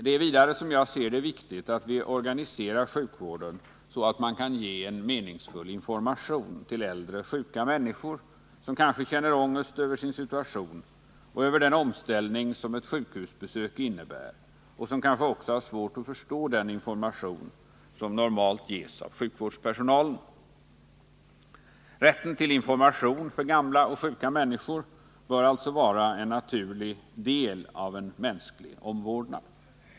Det är vidare, som jag ser det, viktigt att vi organiserar sjukvården så, att man kan ge en meningsfull information till äldre sjuka människor, som kanske känner ångest över sin situation och över den omställning ett sjukhusbesök innebär och som kanske också har svårt att förstå den information som normalt ges av sjukvårdspersonalen. Rätten till information för gamla och sjuka människor bör alltså vara en naturlig del av en mänsklig omvårdnad.